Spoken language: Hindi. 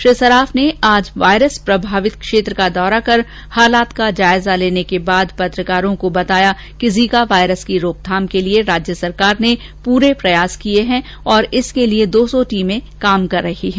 श्री सराफ ने आज वायरस प्रभावित क्षेत्र का दौरा कर हालात का जायजा लेने के बाद पत्रकारों को बताया कि जीका वायरस की रोकथाम के लिए राज्य सरकार ने पूरे उपाय किए हैं और इसके लिए दो सौ टीमें काम कर रही हैं